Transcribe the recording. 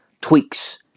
tweaks